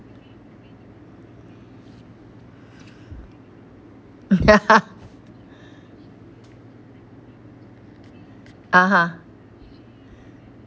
(uh huh)